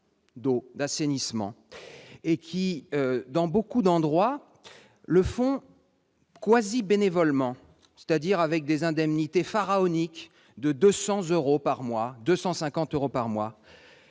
d'eau, d'assainissement, et qui, dans beaucoup d'endroits, le font quasi bénévolement, c'est-à-dire avec des indemnités pharaoniques de 200 euros ou 250 euros par mois.